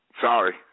Sorry